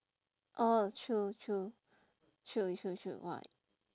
oh true true true true true !wah!